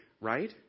right